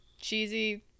cheesy